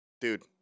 Dude